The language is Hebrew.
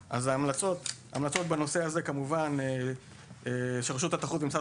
ההמלצות בנושא הזה הן שרשות התחרות ומשרד